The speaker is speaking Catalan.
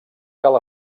cal